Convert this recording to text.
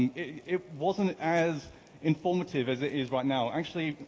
and it wasn't as informative as it is right now. actually,